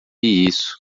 isso